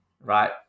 right